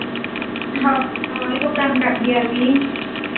ᱦᱳᱭ ᱫᱚᱠᱟᱱ ᱠᱟᱜ ᱜᱮᱭᱟᱞᱤᱧ